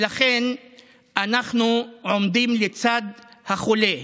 ולכן אנחנו עומדים לצד החולה,